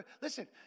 Listen